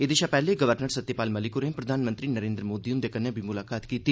एहदे शा पैहले गवर्नर सत्यपाल मलिक होरें प्रधानमंत्री नरेन्द्र मोदी ह्ंदे कन्नै बी मुलाकात कीती